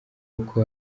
uko